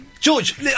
George